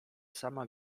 sama